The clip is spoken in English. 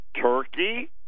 Turkey